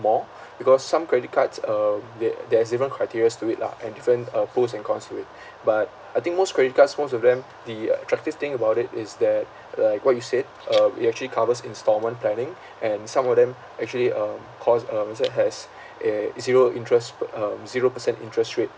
more because some credit cards um there there is different criterias to it lah and different uh pros and cons to it but I think most credit cards most of them the attractive thing about it is that like what you said um it actually covers instalment planning and some of them actually um cause um is that has a zero interest per um zero percent interest rate